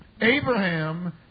Abraham